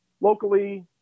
locally